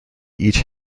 each